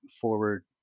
forward